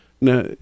Now